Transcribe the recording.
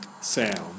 sound